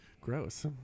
Gross